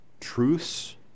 Truths